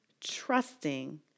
trusting